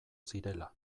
zirela